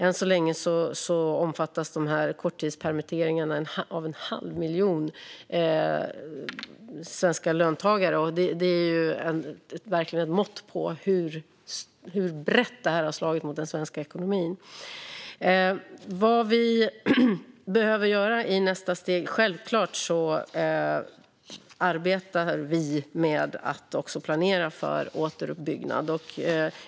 Än så länge omfattas en halv miljon svenska löntagare av korttidspermitteringarna. Det visar hur brett det här har slagit mot den svenska ekonomin. När det gäller vad vi behöver göra i nästa steg arbetar vi självklart med att planera för återuppbyggnad.